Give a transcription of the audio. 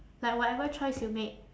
like whatever choice you make